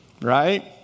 Right